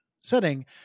setting